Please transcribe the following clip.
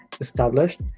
established